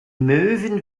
möwen